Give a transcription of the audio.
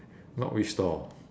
not which stall